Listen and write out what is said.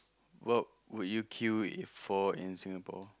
what would you queue if for in Singapore